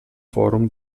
forum